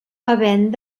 havent